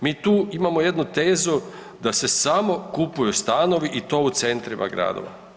Mi tu imamo jednu tezu da se samo kupuju stanovi u to u centrima gradova.